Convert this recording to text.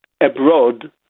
abroad